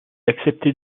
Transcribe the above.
acceptait